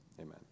Amen